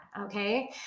Okay